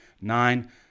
Nine